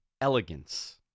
Elegance